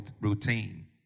routine